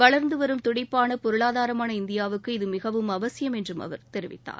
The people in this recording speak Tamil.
வளர்ந்துவரும் துடிப்பான பொருளாதாரமான இந்தியாவுக்கு இது மிகவும் அவசியம் என்றும் அவர் கூறினார்